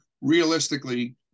realistically